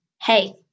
Hey